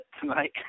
tonight